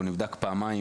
או נבדק פעמיים,